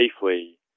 safely